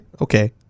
okay